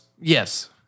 Yes